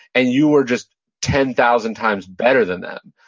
and you were just ten thousand times better than them.